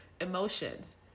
emotions